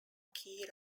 kei